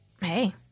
Hey